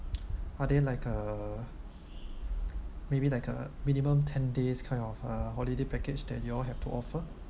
are there like a maybe like a minimum ten days kind of uh holiday package that you all have to offer